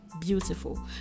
beautiful